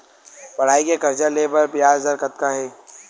पढ़ई के कर्जा ले बर ब्याज दर कतका हे?